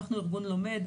אנחנו ארגון לומד,